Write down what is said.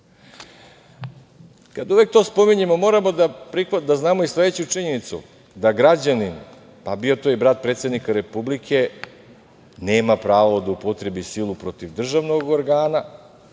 kada to spominjemo moramo da znamo i sledeću činjenicu, da građanin, pa bio to i brat predsednika Republike, nema pravo da upotrebi silu protiv državnog organa